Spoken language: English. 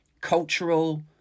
cultural